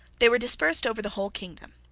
they were dispersed over the whole kingdom.